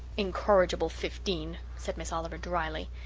incorrigible fifteen! said miss oliver dryly.